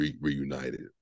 reunited